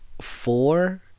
four